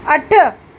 अठ